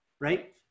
Right